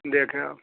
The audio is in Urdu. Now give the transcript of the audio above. دیکھیں آپ